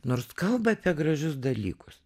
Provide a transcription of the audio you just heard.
nors kalba apie gražius dalykus